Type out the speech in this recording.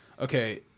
okay